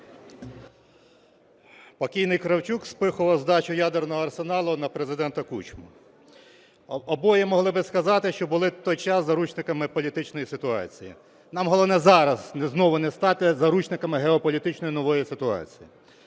Покійний Кравчук спихував здачу ядерного арсеналу на Президента Кучму. Обоє могли би сказати, що були в той час заручниками політичної ситуації, нам головне зараз знову не стати заручниками геополітичної нової ситуації.